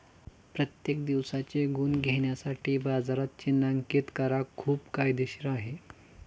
प्रत्येक दिवसाचे गुण घेण्यासाठी बाजारात चिन्हांकित करा खूप फायदेशीर आहे